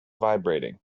vibrating